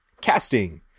Casting